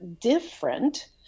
different